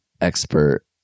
expert